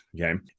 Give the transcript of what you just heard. Okay